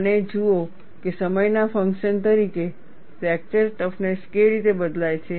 અને જુઓ કે સમયના ફંક્શન તરીકે ફ્રેક્ચર ટફનેસ કેવી રીતે બદલાય છે